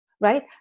right